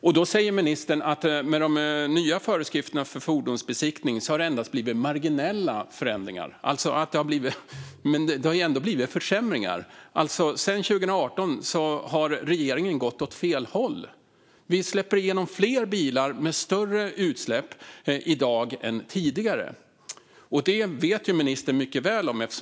Jag tycker att det är lite märkligt att ministern då säger att det endast har blivit marginella förändringar med de nya föreskrifterna för fordonsbesiktning. Det är ju ändå försämringar som har skett. Sedan 2018 har regeringen gått åt fel håll. Vi släpper igenom fler bilar med större utsläpp i dag än tidigare. Det vet ministern mycket väl.